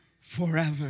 forever